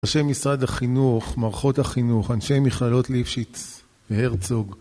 אנשי משרד החינוך, מערכות החינוך, אנשי מכללות ליפשיץ והרצוג